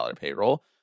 payroll